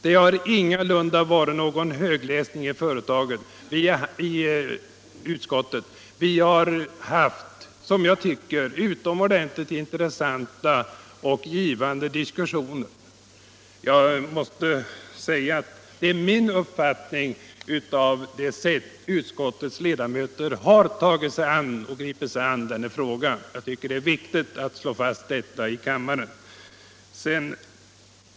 Det har ingalunda varit någon högläsning i utskottet. Vi har haft, som jag tycker, utomordentligt intressanta och givande diskussioner. Jag måste säga att det är min uppfattning av det sätt på vilket utskottets ledamöter har gripit sig an denna fråga, och jag tycker det är viktigt att slå fast detta i kammaren.